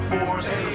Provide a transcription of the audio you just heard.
Force